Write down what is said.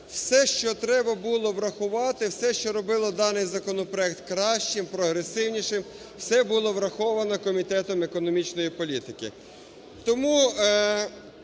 все, що треба було врахувати, все, що робило даний законопроект кращим, прогресивнішим, все було враховано Комітетом економічної політики.